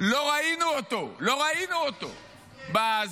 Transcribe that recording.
לא ראינו, לא ראינו אותו בזה.